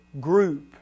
group